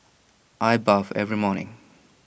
I bathe every morning